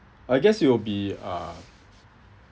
I guess you will be uh